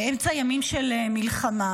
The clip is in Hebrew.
באמצע ימים של מלחמה,